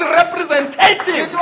representative